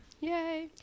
Yay